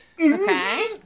Okay